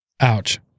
Ouch